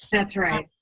that's right.